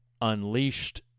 unleashed